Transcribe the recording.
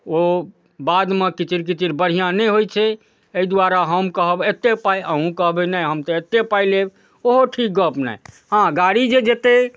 ओ बादमे किचिर किचिर बढ़िआँ नहि होइ छै एहि दुआरे हम कहब एतेक पाइ अहूँ कहबै नहि हम तऽ एतेक पाइ लेब ओहो ठीक गप नहि हँ गाड़ी जे जेतै